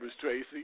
Tracy